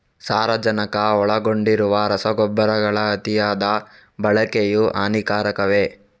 ಸಾರಜನಕ ಒಳಗೊಂಡಿರುವ ರಸಗೊಬ್ಬರಗಳ ಅತಿಯಾದ ಬಳಕೆಯು ಹಾನಿಕಾರಕವೇ?